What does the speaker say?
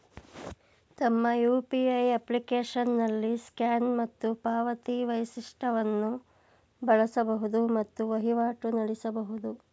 ತಮ್ಮ ಯು.ಪಿ.ಐ ಅಪ್ಲಿಕೇಶನ್ನಲ್ಲಿ ಸ್ಕ್ಯಾನ್ ಮತ್ತು ಪಾವತಿಸಿ ವೈಶಿಷ್ಟವನ್ನು ಬಳಸಬಹುದು ಮತ್ತು ವಹಿವಾಟು ನಡೆಸಬಹುದು